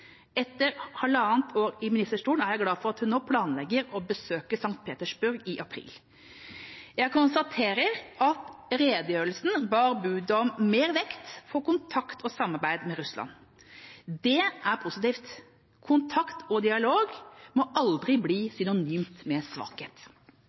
er glad for at hun nå, etter halvannet år i ministerstolen, planlegger å besøke St. Petersburg i april. Jeg konstaterer at redegjørelsen bar bud om mer vekt på kontakt og samarbeid med Russland. Det er positivt. Kontakt og dialog må aldri bli